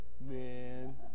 man